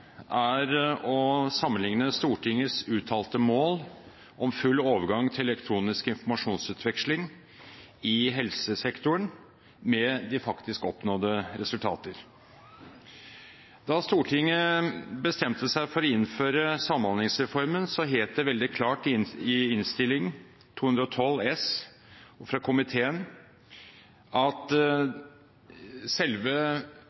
er å sammenligne Stortingets uttalte mål om full overgang til elektronisk informasjonsutveksling i helsesektoren med de faktisk oppnådde resultater. Da Stortinget bestemte seg for å innføre Samhandlingsreformen, het det veldig klart i Innst. 212 S for 2009–2010 fra komiteen at selve